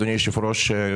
אדוני היושב ראש,